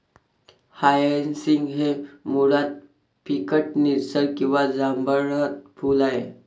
hyacinth हे मुळात फिकट निळसर किंवा जांभळट फूल आहे